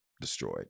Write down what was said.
destroyed